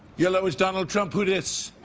yello. it's donald trump. who this?